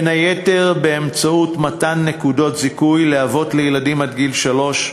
בין היתר באמצעות מתן נקודות זיכוי לאבות לילדים עד גיל שלוש,